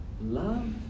Love